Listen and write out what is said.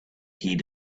heed